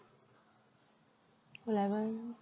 eleven